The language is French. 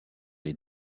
les